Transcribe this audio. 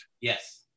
Yes